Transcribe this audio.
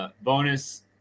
bonus